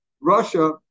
Russia